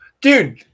Dude